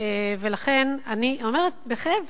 ולכן אני אומרת בכאב,